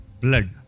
Blood